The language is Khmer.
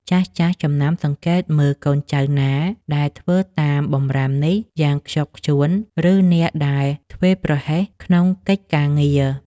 ចាស់ៗចំណាំសង្កេតមើលកូនចៅណាដែលធ្វើតាមបម្រាមនេះយ៉ាងខ្ជាប់ខ្ជួន ឬអ្នកដែលធ្វេសប្រហែសក្នុងកិច្ចការងារ។